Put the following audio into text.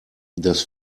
dass